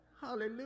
Hallelujah